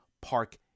park